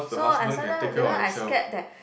so I sometimes because I scared that